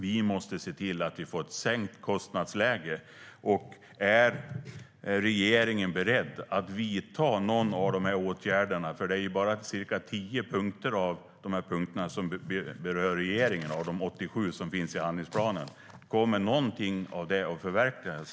Vi måste se till att vi får ett sänkt kostnadsläge. Är regeringen beredd att vidta någon av de här åtgärderna? Det är bara ca 10 av de 87 punkterna i handlingsplanen som berör regeringen. Kommer någonting av det att förverkligas?